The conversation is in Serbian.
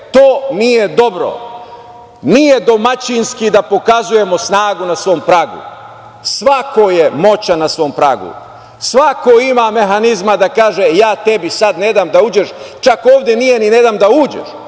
to nije dobro. Nije domaćinski da pokazujemo snagu na svom pragu. Svako je moćan na svom pragu. Svako ima mehanizma da kaže – ja tebi sad ne dam da uđeš. Čak ovde nije ni „ne dam da uđeš“.